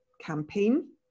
campaign